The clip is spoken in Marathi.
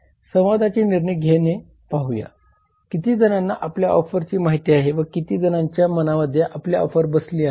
संवादाचे निर्णय घेणे पाहूया किती जणांना आपल्या ऑफरची माहिती आहे व किती जणांच्या मनामध्ये आपली ऑफर बसली आहे